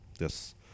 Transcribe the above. Yes